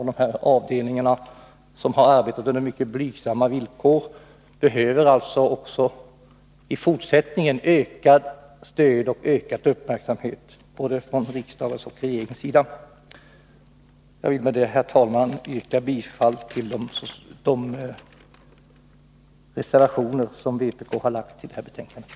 De här avdelningarna, som har arbetat under mycket blygsamma villkor, behöver i fortsättningen ökat stöd och ökad uppmärksamhet från riksdagens och regeringens sida. Jag vill med detta, herr talman, yrka bifall till de reservationer som vpk har fogat till betänkandet.